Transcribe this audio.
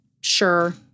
sure